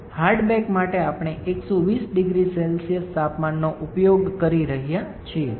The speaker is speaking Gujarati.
હાર્ડ બેક માટે આપણે 1200 C તાપમાનનો ઉપયોગ કરી રહ્યા છીએ આપણે ગરમ પ્લેટ પર 1 મિનિટ ગરમ કરી રહ્યા છીએ